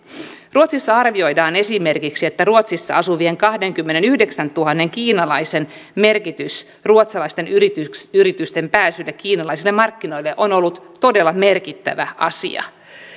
ruotsissa arvioidaan esimerkiksi että ruotsissa asuvien kahdenkymmenenyhdeksäntuhannen kiinalaisen merkitys ruotsalaisten yritysten yritysten pääsylle kiinalaisille markkinoille on ollut todella merkittävä asia